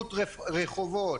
טיאוט רחובות.